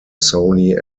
sony